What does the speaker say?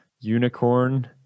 unicorn